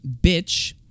bitch